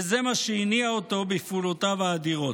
וזה מה שהניע אותו בפעולותיו האדירות.